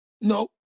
No